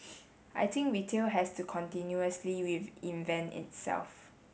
I think retail has to continuously reinvent itself